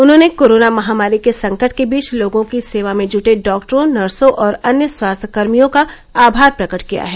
उन्होंने कोरोना महामारी के संकट के बीच लोगों की सेवा में जुटे डॉक्टरॉ नर्सों और अन्य स्वास्थ्यकर्मियों का आमार प्रकट किया है